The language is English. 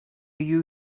you